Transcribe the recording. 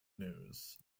news